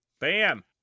Bam